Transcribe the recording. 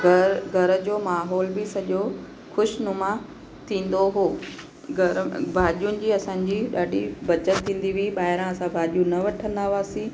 घर घर जो माहौल बि सॼो खुशनुमा थींदो हुओ घरु भाॼियुनि जी असांजी ॾाढी बचति थींदी हुई ॿाहिरां असां भाॼियूं न वठंदा हुआसीं